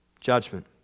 Judgment